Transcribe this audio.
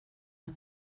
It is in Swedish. att